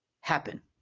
happen